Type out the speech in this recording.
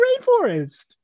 rainforest